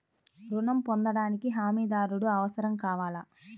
ఋణం పొందటానికి హమీదారుడు అవసరం కావాలా?